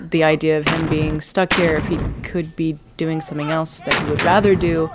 the idea of him being stuck here, if he could be doing something else that he would rather do.